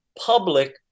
public